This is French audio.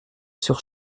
sur